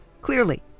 Clearly